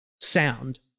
sound